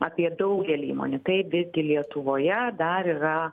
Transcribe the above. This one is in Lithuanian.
apie daugelį įmonių taip dirbti lietuvoje dar yra